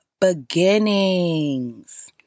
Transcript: beginnings